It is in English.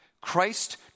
Christ